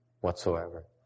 whatsoever